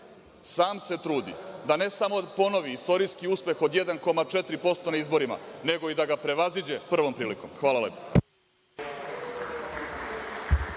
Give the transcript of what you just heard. sam se trudi da ne samo ponovi istorijski uspeh od 1,4% na izborima, nego i da ga prevaziđe prvom prilikom. Hvala.